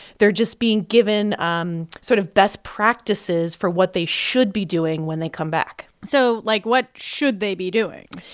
they're just being given um sort of best practices for what they should be doing when they come back so, like, what should they be doing?